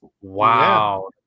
Wow